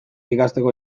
ikasteko